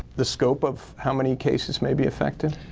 the scope of how many cases may be affected?